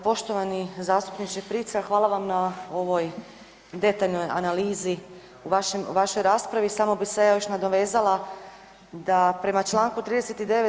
Poštovani zastupniče Prica hvala vam na ovoj detaljnoj analizi u vašoj raspravi samo bi se ja još nadovezala da prema Članku 38.